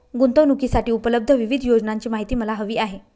गुंतवणूकीसाठी उपलब्ध विविध योजनांची माहिती मला हवी आहे